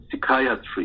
psychiatry